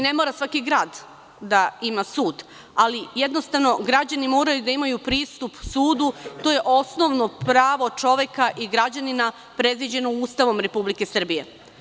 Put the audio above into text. Ne mora svaki grad da ima sud, ali jednostavno građani moraju da imaju pristup sudu, to je osnovno pravo čoveka i građanina predviđeno Ustavom Republike Srbije.